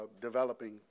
developing